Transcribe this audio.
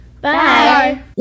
Bye